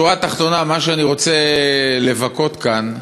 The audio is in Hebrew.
בשורה התחתונה, מה שאני רוצה לבכות כאן,